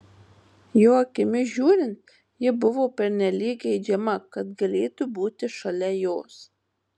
jo akimis žiūrint ji buvo pernelyg geidžiama kad galėtų būti šalia jos